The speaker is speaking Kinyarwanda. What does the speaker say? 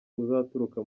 uzaturuka